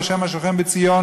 לה' השוכן בציון,